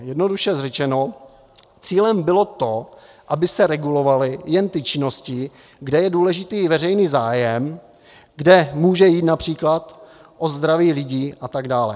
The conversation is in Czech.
Jednoduše řečeno cílem bylo to, aby se regulovaly jen ty činnosti, kde je důležitý veřejný zájem, kde může jít například o zdraví lidí a tak dále.